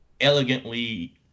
elegantly